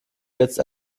jetzt